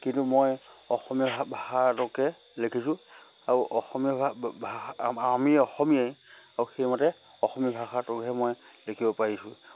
কিন্তু মই অসমীয়া ভা ভাষাটোকে লিখিছোঁ আৰু অসমীয়া আমি অসমীয়াই আৰু সেইমতে অসমীয়া ভাষাটোকহে মই লিখিব পাৰিছোঁ